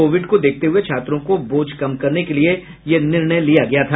Covid को देखते हुए छात्रों का बोझ कम करने के लिए यह निर्णय लिया गया था